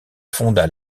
fonda